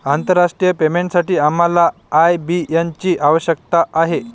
आंतरराष्ट्रीय पेमेंटसाठी आम्हाला आय.बी.एन ची आवश्यकता आहे